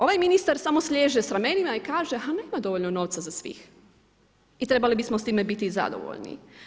Ovaj ministar samo sliježe s ramenima i kaže ha nema dovoljno novca za svih i trebali bismo s time biti zadovoljni.